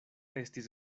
estis